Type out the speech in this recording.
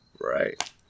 right